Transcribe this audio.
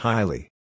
Highly